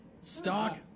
Stock